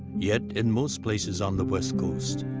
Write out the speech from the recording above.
yet in most places on the west coast,